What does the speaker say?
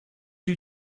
you